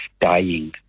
dying